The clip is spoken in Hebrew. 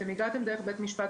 אתם הגעתם דרך בית משפט,